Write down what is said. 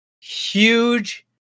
huge